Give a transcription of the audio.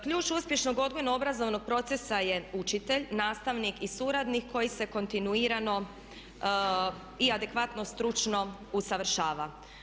Ključ uspješnog odgojno-obrazovnog procesa je učitelj, nastavnik i suradnik koji se kontinuirano i adekvatno stručno usavršava.